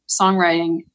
songwriting